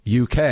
UK